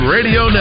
Radio